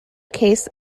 case